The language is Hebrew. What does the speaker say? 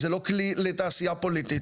זה לא כלי לתעשייה פוליטית,